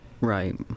Right